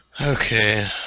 Okay